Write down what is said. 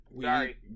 sorry